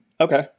Okay